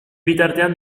bitartean